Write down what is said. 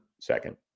Second